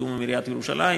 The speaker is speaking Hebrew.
בתיאום עם עיריית ירושלים,